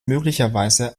möglicherweise